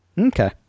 Okay